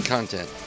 content